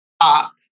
up